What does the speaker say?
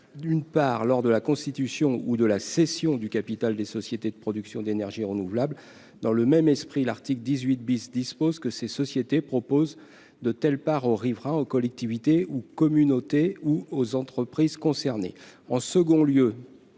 une part lors de la constitution ou de la cession du capital des sociétés de production d'énergies renouvelables. Dans le même esprit, l'article 18 prévoit que ces sociétés proposent de telles parts aux riverains, aux collectivités territoriales et groupements de communes ou aux entreprises concernées.